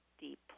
deep